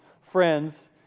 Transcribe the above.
friends